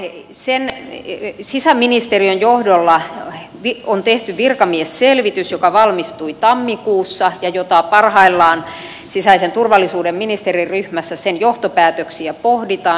ei se näin ei ykn sisäministeriön johdolla on tehty virkamiesselvitys joka valmistui tammikuussa ja jonka johtopäätöksiä parhaillaan sisäisen turvallisuuden ministeriryhmässä pohditaan